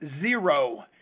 zero